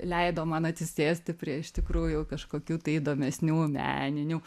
leido man atsisėsti prie iš tikrųjų kažkokių įdomesnių meninių